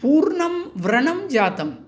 पूर्णं व्रणं जातम्